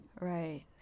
Right